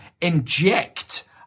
inject